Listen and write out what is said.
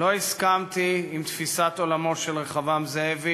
שלא הסכמתי עם תפיסת עולמו של רחבעם זאבי